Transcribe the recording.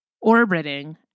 orbiting